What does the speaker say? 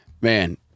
Man